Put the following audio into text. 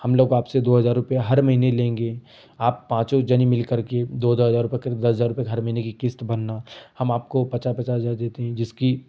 हम लोग आपसे दो हज़ार रुपये हर महीने लेंगे आप पाँचों जने मिल करके दो दो हज़ार रुपये कर दस हज़ार रुपये हर महीने की किस्त भरना हम आपको पचा पचास हज़ार देते हैं जिसकी